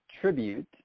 tribute